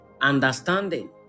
understanding